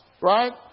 right